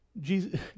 Jesus